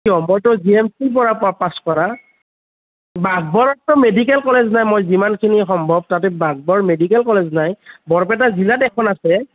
কিয় মইটো জিএমচিৰ পৰা মই পাছ কৰা বাঘবৰতো মেডিকেল কলেজ নাই মই যিমানখিনি সম্ভৱ তাতে বাঘবৰ মেডিকেল কলেজ নাই বৰপেটা জিলাত এখন আছে